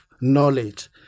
knowledge